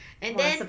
and then